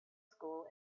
school